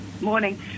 morning